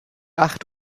acht